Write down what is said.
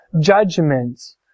judgments